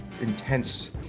intense